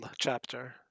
chapter